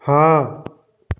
ਹਾਂ